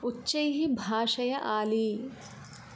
उच्चैः भाषया आली